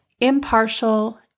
impartial